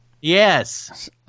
Yes